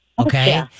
Okay